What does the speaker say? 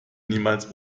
niemals